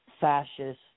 fascist